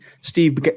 Steve